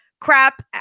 crap